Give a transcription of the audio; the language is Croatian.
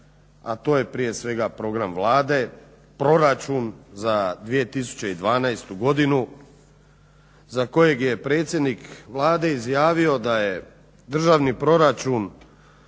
a to je prije svega program Vlade, proračun za 2012.godinu za kojeg je predsjednik Vlade izjavio da je državni proračun